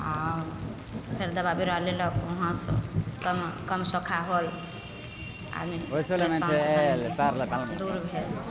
आओर फेर दवा बिरा लेलक वहाँसे कम कम सोखा होल आदमी परेशानसँ तनि दूर भेल